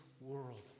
world